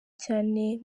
cyane